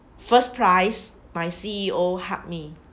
first prize my C_E_O hug me